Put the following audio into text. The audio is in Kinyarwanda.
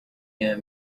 iya